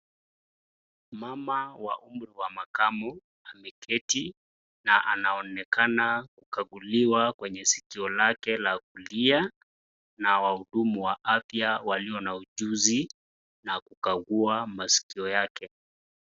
Mama wa umri wa makamu ameketi na anaonekana kukaguliwa kwenye sikio lake la kulia na wahudumu wa afya walio na ujuzi na kukagua masikio yake.